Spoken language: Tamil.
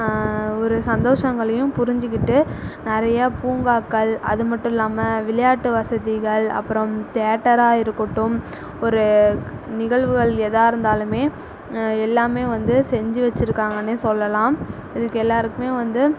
ஒரு சந்தோஷங்களையும் புரிஞ்சிகிட்டு நிறையா பூங்காக்கள் அது மட்டும் இல்லாமல் விளையாட்டு வசதிகள் அப்புறம் தேட்டராக இருக்கட்டும் ஒரு நிகழ்வுகள் எதாக இருந்தாலுமே எல்லாமே வந்து செஞ்சு வச்சிருக்காங்கன்னே சொல்லலாம் இதுக்கு எல்லாருக்குமே வந்து